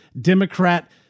Democrat